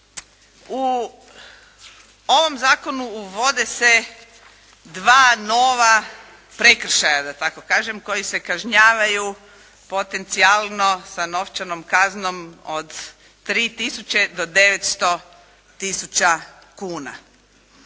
U ovom zakonu uvode se dva nova prekršaja da tako kažem, koji se kažnjavaju potencijalno sa novčanom kaznom od 3 tisuće do 900 tisuća kuna.